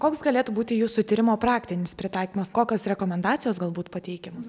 koks galėtų būti jūsų tyrimo praktinis pritaikymas kokios rekomendacijos galbūt pateikiamos